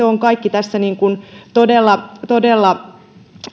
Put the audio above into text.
on tässä todella todella